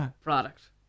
product